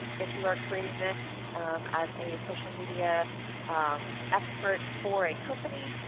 if you are creating this as a social media expert for a company,